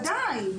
בוודאי.